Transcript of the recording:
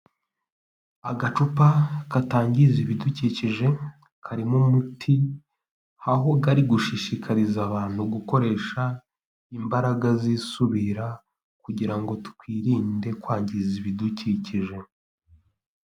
Agacupa katangiza ibidukikije, karimo umuti aho kari gushishikariza abantu gukoresha imbaraga zisubira kugira ngo twirinde kwangiza ibidukikije.